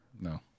no